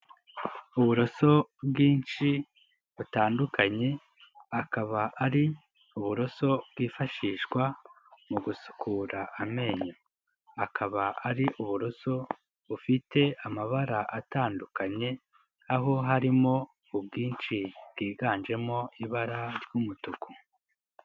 Uburoso bwinshi butandukanye, akaba ari uburoso bwifashishwa mu gusukura amenyo. Akaba ari uburoso bufite amabara atandukanye, aho harimo ubwinshi bwiganjemo ibara ry'umutuku.